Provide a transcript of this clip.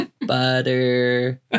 butter